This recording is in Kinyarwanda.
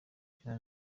cyane